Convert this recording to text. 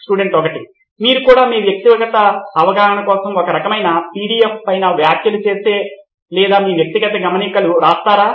student 1 మీరు కూడా మీ వ్యక్తిగత అవగాహన కోసం ఆ రకమైన పిడిఎఫ్ పైన వ్యాఖ్యలు లేదా మీ వ్యక్తిగత గమనికలను వ్రాస్తారా